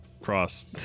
cross